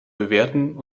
bewerten